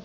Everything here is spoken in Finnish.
puhemies